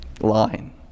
line